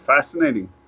fascinating